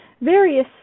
various